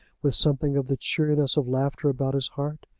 with something of the cheeriness of laughter about his heart.